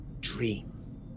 dream